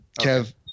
Kev